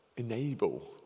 enable